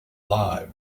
live